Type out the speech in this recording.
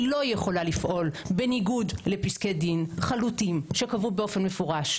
היא לא יכולה לפעול בניגוד לפסקי דין חלוטים שקבעו באופן מפורש,